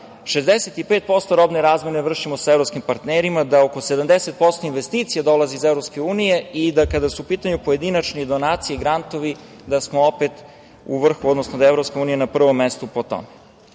65% robe razmene vršimo sa evropskim partnerima, da oko 70% investicija dolazi iz EU i da, kada su u pitanju pojedinačne donacije i grantovi, da smo opet u vrhu, odnosno da je EU na prvom mestu po tome. Kada